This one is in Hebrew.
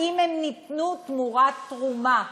האם הן ניתנו תמורת תרומה.